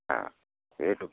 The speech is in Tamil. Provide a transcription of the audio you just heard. ஆ வீட்டுப்